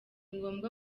ngombwa